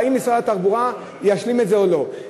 האם משרד התחבורה ישלים את זה או לא.